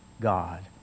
God